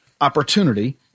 opportunity